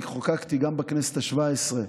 חוקקתי גם בכנסת השבע-עשרה